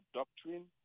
doctrine